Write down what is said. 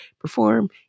perform